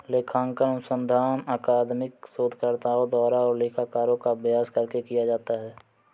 लेखांकन अनुसंधान अकादमिक शोधकर्ताओं द्वारा और लेखाकारों का अभ्यास करके किया जाता है